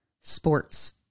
sports